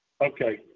Okay